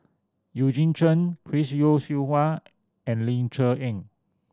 Eugene Chen Chris Yeo Siew Hua and Ling Cher Eng